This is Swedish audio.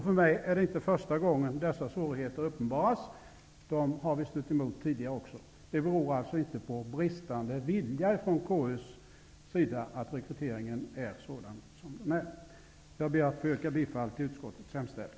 För mig är det inte första gången som dessa svårigheter uppenbaras. Vi har stött på sådana också tidigare. Det beror alltså inte på bristande vilja från konstitutionsutskottets sida att rekryteringen är som den är. Herr talman! Jag ber att få yrka bifall till utskottets hemställan.